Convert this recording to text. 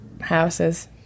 houses